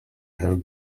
have